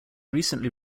recently